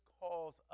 calls